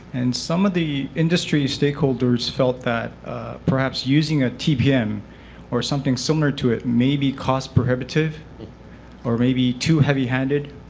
and some of the industry stakeholders felt that perhaps using a tpm or something similar to it may be cost prohibitive or may be too heavy-handed.